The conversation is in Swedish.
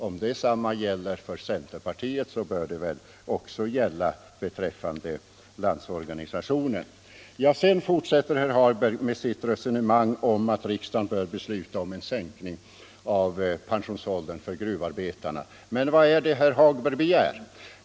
Om det gäller för centerpartiet bör det väl också gälla för LO. Sedan fortsätter herr Hagberg med sitt resonemang om att riksdagen bör besluta en sänkning av pensionsåldern för gruvarbetarna. Men vad är det herr Hagberg begär?